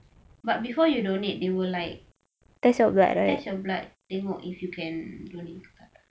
but before you donate they will like test your blood tengok if you can donate tak